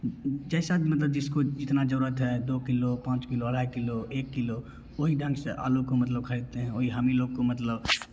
जैसा भी मतलब जिसको जितना ज़रूरत है दो किलो पाँच किलो ढ़ाई किलो एक किलो वो ही ढंग से आलू को मतलब ख़रीदते हैं वो ही हम ही लोग को मतलब